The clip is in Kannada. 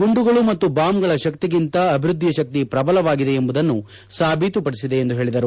ಗುಂಡುಗಳು ಮತ್ತು ಬಾಂಬ್ಗಳ ಶಕ್ತಿಗಿಂತ ಅಭಿವೃದ್ಧಿಯ ಶಕ್ತಿ ಪ್ರಬಲವಾಗಿದೆ ಎಂಬುದನ್ನು ಸಾಬೀತುಪಡಿಸಿದೆ ಎಂದು ಹೇಳಿದರು